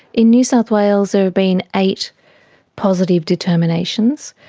in new south wales there have been eight positive determinations.